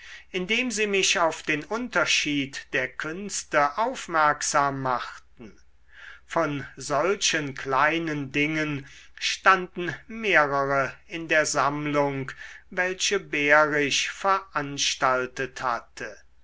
indem sie mich auf den unterschied der künste aufmerksam machten von solchen kleinen dingen standen mehrere in der sammlung welche behrisch veranstaltet hatte